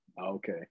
Okay